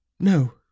No